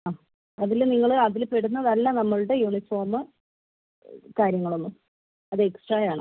അ അതില് നിങ്ങള് അതിൽ പെടുന്നതല്ല നമ്മളുടെ യൂണിഫോമ് കാര്യങ്ങളൊന്നും അത് എക്സ്ട്രായാണ്